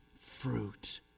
fruit